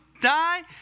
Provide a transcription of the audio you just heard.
die